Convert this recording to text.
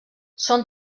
són